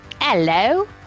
Hello